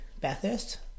Bathurst